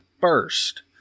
first